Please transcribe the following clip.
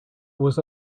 was